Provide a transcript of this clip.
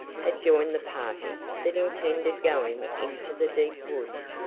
had joined the party that intended going into the deep woods,